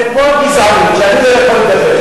זה פה הגזענות, שאני לא יכול לדבר.